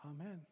Amen